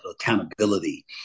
accountability